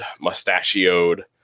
mustachioed